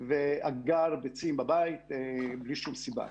ואגר ביצים בבית בלי שום סיבה.